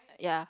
ya